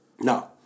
No